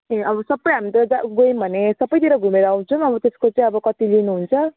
ए अब सबै हामी त गयौँ भने सबैतिर घुमेर आउँछौँ अब त्यसको चाहिँ अब कति लिनु हुन्छ